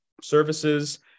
services